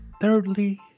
thirdly